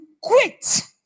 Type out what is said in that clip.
quit